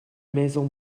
maisons